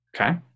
Okay